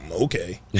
okay